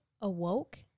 awoke